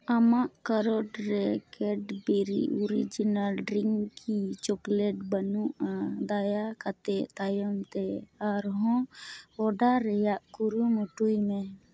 ᱟᱢᱟᱜ ᱠᱟᱨᱚᱴ ᱨᱮ Cadbury original drinking chocolate ᱵᱟᱹᱱᱩᱜᱼᱟ ᱫᱟᱭᱟᱠᱟᱛᱮ ᱛᱟᱭᱚᱢᱛᱮ ᱟᱨᱦᱚᱸ ᱚᱰᱟᱨ ᱨᱮᱭᱟᱜ ᱠᱩᱨᱩᱢᱩᱴᱩᱭ ᱢᱮ